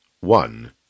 one